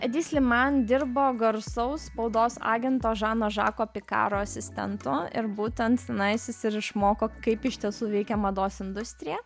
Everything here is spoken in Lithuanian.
edi sliman dirbo garsaus spaudos agento žano žako pikaro asistentu ir būtent nais jis ir išmoko kaip iš tiesų veikia mados industrija